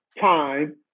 time